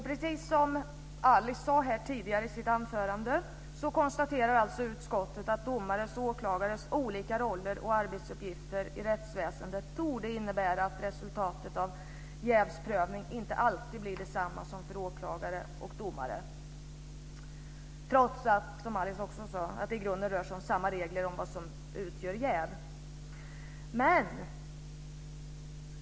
Precis som Alice Åström sade tidigare i sitt anförande konstaterar utskottet att domares och åklagares olika roller och arbetsuppgifter i rättsväsendet torde innebära att resultatet av jävsprövning inte alltid blir detsamma för åklagare och domare trots att det, som Alice också sade, i grunden rör sig om samma regler om vad som utgör jäv.